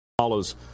follows